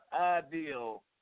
ideal